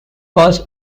was